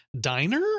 Diner